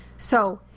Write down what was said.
so,